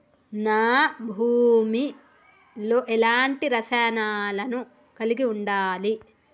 నా భూమి లో ఎలాంటి రసాయనాలను కలిగి ఉండాలి?